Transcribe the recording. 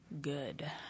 Good